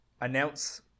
announce